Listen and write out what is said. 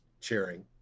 cheering